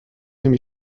نمی